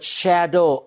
shadow